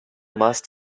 must